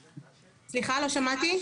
סליחה, לא שמעתי.